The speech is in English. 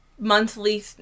Monthly